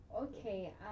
okay